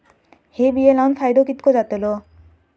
हे बिये लाऊन फायदो कितको जातलो?